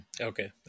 Okay